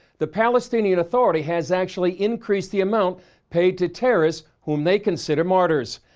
the palestinian authority has actually increased the amount paid to terrorists whom they consider martyrs.